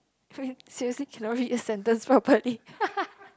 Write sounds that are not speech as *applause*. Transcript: *laughs* seriously cannot read a sentence properly